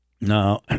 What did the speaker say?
no